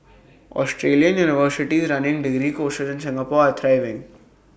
Australian universities running degree courses in Singapore are thriving